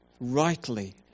rightly